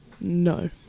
No